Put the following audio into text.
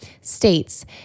states